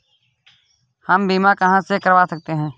हम बीमा कहां से करवा सकते हैं?